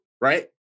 right